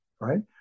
right